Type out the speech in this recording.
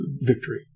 victory